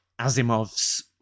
Asimov's